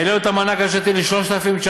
העלינו את המענק השנתי ל-3,960